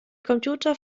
computer